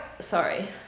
sorry